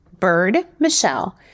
BirdMichelle